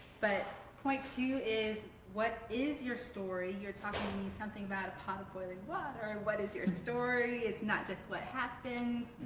but point two is what is your story, you're talking to me about something about a pot of boiling water and what is your story? it's not just what happens.